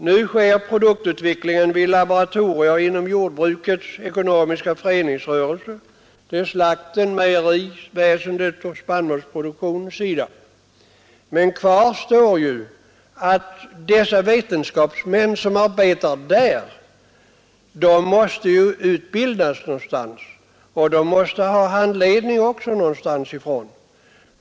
Nu sker produktutvecklingen vid laboratorier inom jordbrukets ekonomiska föreningsrörelse på slaktens, mejeriväsendets och spannmålsproduktionens områden. Men kvar står att de vetenskapsmän som arbetar där måste utbildas någonstans, och de måste ha handledning någonstans ifrån.